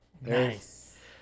nice